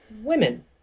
women